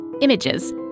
images